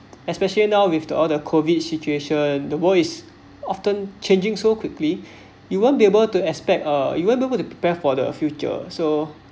especially now with the all the COVID situation the world is often changing so quickly you won't be able to expect uh even prefer to prepare for the future so